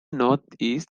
northeast